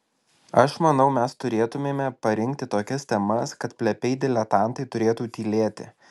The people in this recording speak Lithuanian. aš manau mes turėtumėme parinkti tokias temas kad plepiai diletantai turėtų tylėti